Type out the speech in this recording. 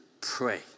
pray